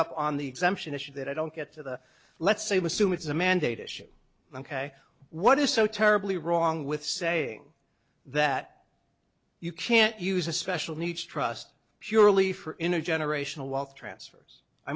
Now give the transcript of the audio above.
up on the exemption issue that i don't get to the let's say you assume it's a mandate issue ok what is so terribly wrong with saying that you can't use a special needs trust purely for inner generational wealth transfers i